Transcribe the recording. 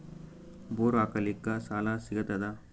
Bore ಹಾಕಲಿಕ್ಕ ಸಾಲ ಸಿಗತದ?